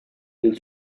del